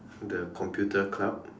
the computer club